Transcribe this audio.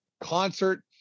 concert